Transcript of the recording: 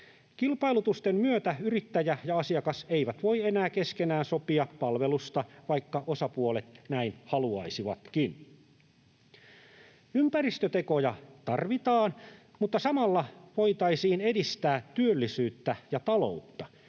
Kilpailutusten myötä yrittäjä ja asiakas eivät voi enää keskenään sopia palvelusta, vaikka osapuolet näin haluaisivatkin. Ympäristötekoja tarvitaan, mutta samalla voitaisiin edistää työllisyyttä ja taloutta.